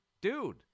dude